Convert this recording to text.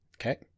okay